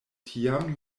tiam